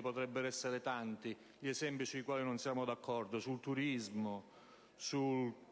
Potrebbero essere tanti, gli esempi delle misure sulle quali non siamo d'accordo: sul turismo; sulle